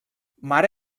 mare